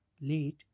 late